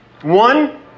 One